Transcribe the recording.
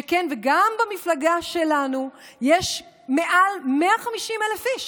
שכן גם במפלגה שלנו יש מעל 150,000 איש,